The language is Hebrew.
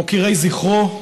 מוקירי זכרו,